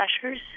pressures